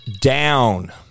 down